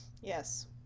Yes